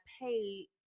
pay